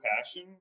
passion